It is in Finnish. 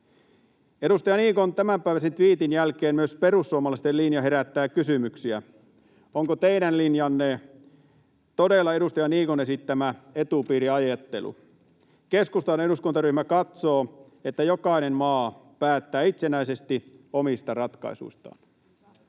Edustaja Niikon tämänpäiväisen tviitin jälkeen myös perussuomalaisten linja herättää kysymyksiä. Onko teidän linjanne todella edustaja Niikon esittämä etupiiriajattelu? Keskustan eduskuntaryhmä katsoo, että jokainen maa päättää itsenäisesti omista ratkaisuistaan.